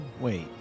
Wait